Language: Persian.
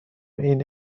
این